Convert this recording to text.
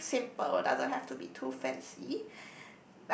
something simple doesn't have to be too fancy